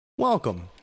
Welcome